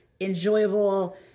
enjoyable